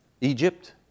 Egypt